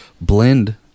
blend